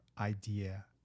idea